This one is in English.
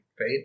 right